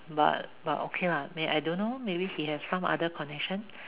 but but okay lah may~ I don't know maybe he have some other connection